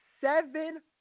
seven